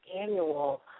annual